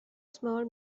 small